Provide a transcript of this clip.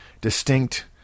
distinct